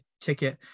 ticket